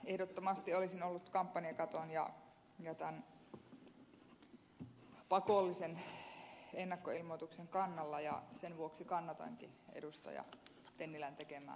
ehdottomasti olisin ollut kampanjakaton ja pakollisen ennakkoilmoituksen kannalla ja sen vuoksi kannatankin ed